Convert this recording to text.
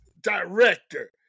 director